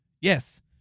Yes